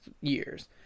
years